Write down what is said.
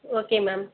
okay ma'am